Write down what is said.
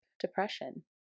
depression